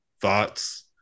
thoughts